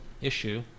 issue